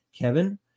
Kevin